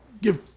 give